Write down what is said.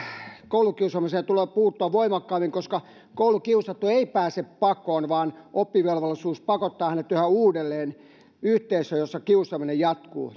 koulukiusaamiseen tulee puuttua voimakkaammin koska koulukiusattu ei pääse pakoon vaan oppivelvollisuus pakottaa hänet yhä uudelleen yhteisöön jossa kiusaaminen jatkuu